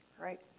right